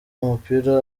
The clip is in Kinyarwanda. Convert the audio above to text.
umupira